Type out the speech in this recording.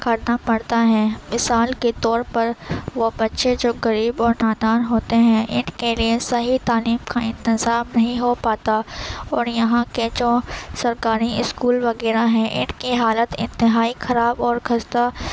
کرنا پڑتا ہے مثال کے طور پر وہ بچے جو غریب اور نادار ہوتے ہیں ان کے لیے صحیح تعلیم کا انتظام نہیں ہو پاتا اور یہاں کے جو سرکاری اسکول وغیرہ ہیں ان کی حالت انتہائی خراب اور خستہ